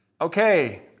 Okay